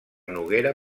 noguera